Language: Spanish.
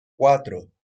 cuatro